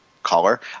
caller